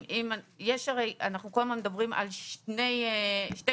אנחנו כל הזמן מדברים על שתי קבוצות.